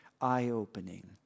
eye-opening